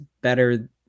better